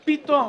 ופתאום,